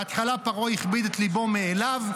בהתחלה פרעה הכביד את ליבו מאליו,